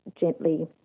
gently